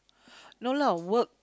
no lah work